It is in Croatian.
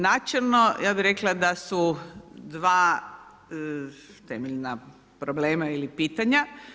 Načelno, ja bih rekla da su dva temeljna problema ili pitanja.